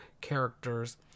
characters